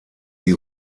die